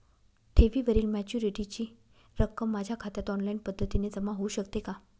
ठेवीवरील मॅच्युरिटीची रक्कम माझ्या खात्यात ऑनलाईन पद्धतीने जमा होऊ शकते का?